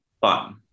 fun